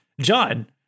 John